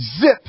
zip